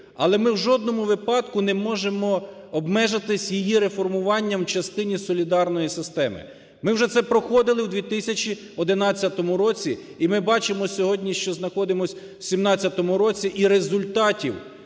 але ми у жодному випадку не можемо обмежитись її реформуванням у частині солідарної системи. Ми вже це проходили у 2011 році і ми бачимо сьогодні, що знаходимось у 17-му році і результатів